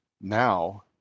now